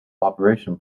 operation